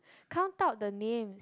count out the name